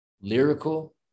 lyrical